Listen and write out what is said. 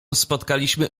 spotkaliśmy